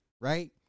right